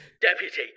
Deputy